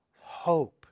hope